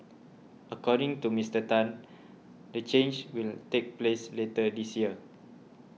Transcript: according to Mister Tan the change will take place later this year